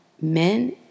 men